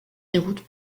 déroute